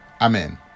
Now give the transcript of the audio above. Amen